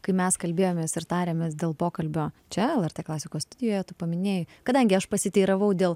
kai mes kalbėjomės ir tarėmės dėl pokalbio čia lrt klasikos studijoje tu paminėjai kadangi aš pasiteiravau dėl